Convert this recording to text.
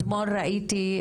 אתמול ראיתי,